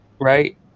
right